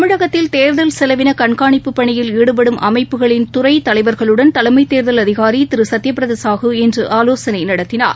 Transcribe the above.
தமிழகத்தில் தேர்தல் செலவினகண்காணிப்பு பணியில் ஈடுபடும் அமைப்புகளின் துறைதலைவர்களுடன் தலைமைத் தேர்தல் அதிகாரிதிருசத்தியபிரதாசாஹூ இன்றுசென்னையில் ஆவோசனைநடத்தினார்